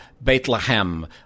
Bethlehem